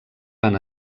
van